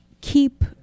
keep